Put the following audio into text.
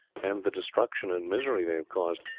and the destruction and misery they have caused.